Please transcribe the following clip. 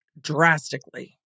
drastically